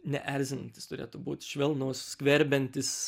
neerzinantis turėtų būt švelnus skverbiantis